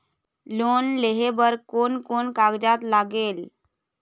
Loan लेहे बर कोन कोन कागजात लागेल?